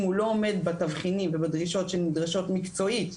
אם הוא לא עומד בתבחינים ובדרישות שנדרשות מקצועית,